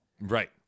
Right